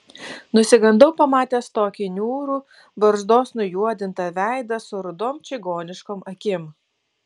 nusigandau pamatęs tokį niūrų barzdos nujuodintą veidą su rudom čigoniškom akim